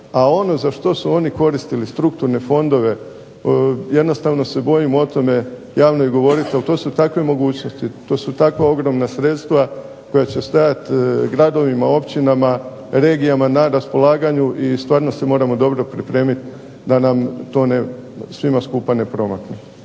A ono za što su oni koristili strukturne fondove jednostavno se bojim o tome javno i govoriti, ali to su takve mogućnosti, to su takva ogromna sredstva koja će stajati gradovima, općinama, regijama na raspolaganju i stvarno se moramo dobro pripremiti da nam to svima skupa ne promakne.